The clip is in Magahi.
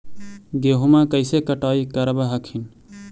गेहुमा कैसे कटाई करब हखिन?